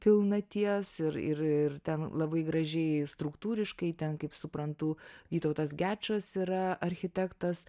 pilnaties ir ir ir ten labai gražiai struktūriškai ten kaip suprantu vytautas gečas yra architektas